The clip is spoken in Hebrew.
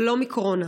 ולא מקורונה.